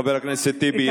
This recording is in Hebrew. חבר הכנסת טיבי,